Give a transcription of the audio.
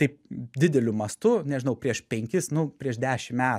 taip dideliu mastu nežinau prieš penkis nu prieš dešim metų